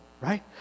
Right